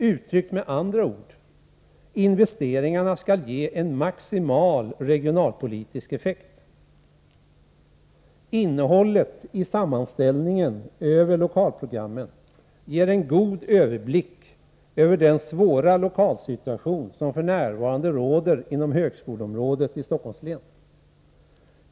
Uttryckt med andra ord innebär detta: Investeringarna skall ge en maximal regionalpolitisk effekt. Innehållet i sammanställningen över lokalprogrammen ger en god överblick över den svåra lokalsituation som f.n. råder inom högskoleområdet i Stockholms län.